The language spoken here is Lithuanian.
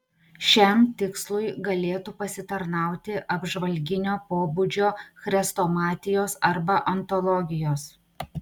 šiam tikslui galėtų pasitarnauti apžvalginio pobūdžio chrestomatijos arba antologijos